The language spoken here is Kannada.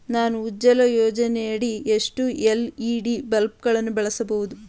ನಾನು ಉಜಾಲ ಯೋಜನೆಯಡಿ ಎಷ್ಟು ಎಲ್.ಇ.ಡಿ ಬಲ್ಬ್ ಗಳನ್ನು ಬಳಸಬಹುದು?